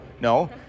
no